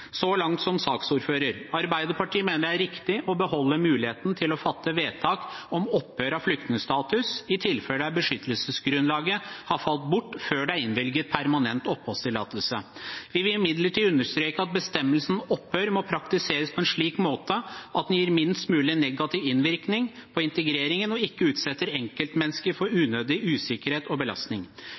Så langt som saksordfører. Arbeiderpartiet mener det er riktig å beholde muligheten til å fatte vedtak om opphør av flyktningstatus i tilfeller der beskyttelsesgrunnlaget har falt bort før det er innvilget permanent oppholdstillatelse. Jeg vil imidlertid understreke at bestemmelsen om opphør må praktiseres på en slik måte at den gir minst mulig negativ innvirkning på integreringen og ikke utsetter enkeltmennesker for unødig usikkerhet og belastning.